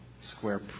square